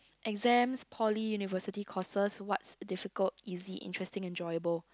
exams Poly University courses what's difficult easy interesting enjoyable